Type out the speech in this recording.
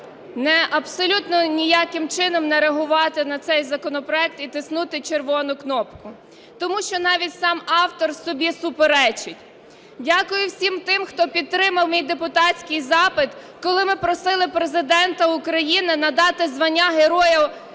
абсолютно ніяким чином не реагувати на цей законопроект і тиснути червону кнопку. Тому що навіть сам автор собі суперечить. Дякую всім тим, хто підтримав мій депутатський запит, коли ми просили Президента України надати звання Героя